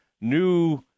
new